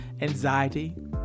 anxiety